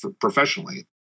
professionally